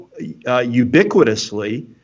ubiquitously